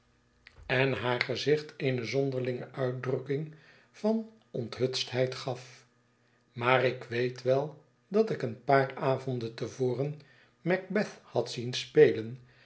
en haar gezicht eene zonderlinge uitdrukking van onthutstheid gaf maar ik weet wel dat ik een paar ayonden te voren macbeth had zien spelen